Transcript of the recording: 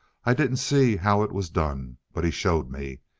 i didn't see how it was done. but he showed me.